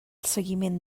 seguiment